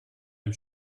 dem